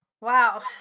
Wow